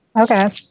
Okay